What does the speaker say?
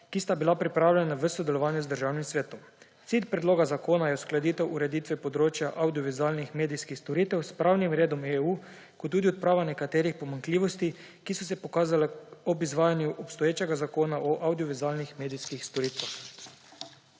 ki sta bila pripravljena v sodelovanju z Državnim svetom. Cilj predloga zakona je uskladitev ureditve področja avdiovizualnih medijskih storitev s pravnim redom EU ter tudi odprava nekaterih pomanjkljivosti, ki so se pokazale ob izvajanju obstoječega Zakona o avdiovizualnih medijskih storitvah.